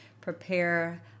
prepare